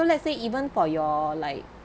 so let's say even for your like